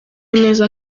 neza